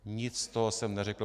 Nic z toho jsem neřekl.